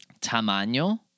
Tamaño